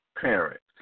parents